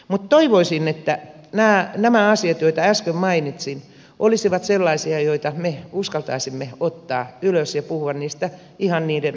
mutta toivoisin että nämä asiat joita äsken mainitsin olisivat sellaisia joita me uskaltaisimme ottaa ylös ja puhua niistä ihan niiden oikeilla nimillä